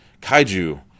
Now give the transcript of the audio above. kaiju